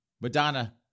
Madonna